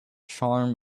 charm